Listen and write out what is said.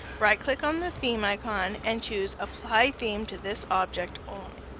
right click on the theme icon and choose apply theme to this object only.